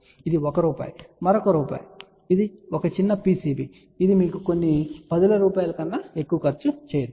కాబట్టి ఇది 1 రూపాయి మరొక 1 రూపాయి ఇది ఒక చిన్న PCB ఇది మీకు కొన్ని 10ల రూపాయల కన్నా ఎక్కువ ఖర్చు చేయదు